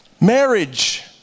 marriage